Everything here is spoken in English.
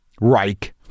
Reich